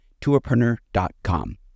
tourpreneur.com